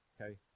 okay